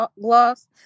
gloss